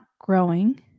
growing